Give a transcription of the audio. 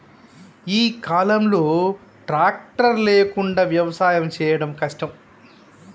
ఈ కాలం లో ట్రాక్టర్ లేకుండా వ్యవసాయం చేయడం కష్టం